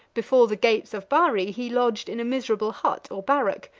before the gates of bari, he lodged in a miserable hut or barrack,